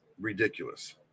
ridiculous